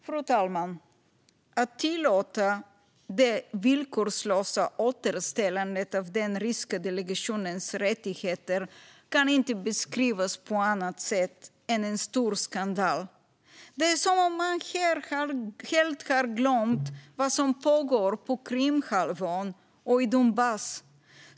Fru talman! Att tillåta det villkorslösa återställandet av den ryska delegationens rättigheter kan inte beskrivas på annat sätt än som en stor skandal. Det är som om man helt har glömt vad som pågår på Krimhalvön och i Donbass.